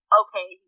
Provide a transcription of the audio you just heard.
okay